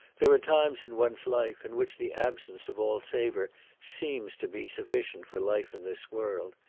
there are times in one's life in which the absence of all savour seems to be sufficient for life in this world.